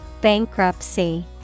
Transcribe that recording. Bankruptcy